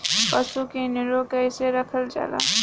पशु के निरोग कईसे रखल जाला?